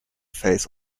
face